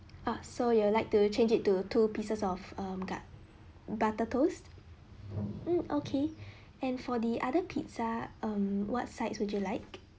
ah so you would like to change it to two pieces of um gut butter toast mm okay and for the other pizza um what sides would you like